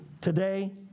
today